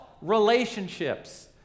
relationships